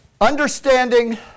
Understanding